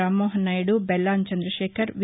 Rammohan Naidu Bellana Chandrasekhar వి